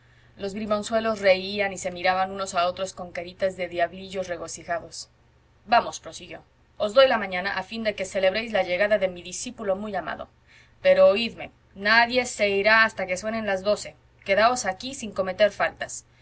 los bribonzuelos reían y se miraban unos a otros con caritas de diablillos regocijados vamos prosiguió os doy la mañana a fin de que celebréis la llegada de mi discípulo muy amado pero oídme nadie se irá hasta que suenen las doce quedaos aquí sin cometer faltas